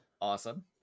awesome